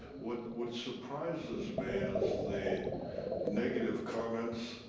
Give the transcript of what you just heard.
what what surprises me is the negative comments,